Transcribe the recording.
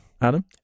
adam